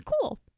cool